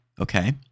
okay